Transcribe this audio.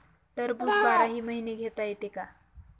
टरबूज बाराही महिने घेता येते का?